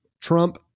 trump